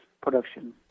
production